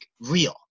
real